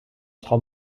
sera